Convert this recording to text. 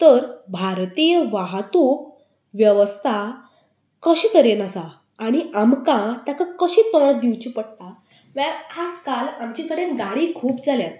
तर भारतीय वाहतूक वेवस्था कशे तरेन आसा आनी आमकां ताका कशें तोंड दिवचें पडटा म्हळ्या आज काल आमचे कडेन गाडी खूब जाल्यात